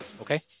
Okay